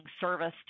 service